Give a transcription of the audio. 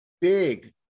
big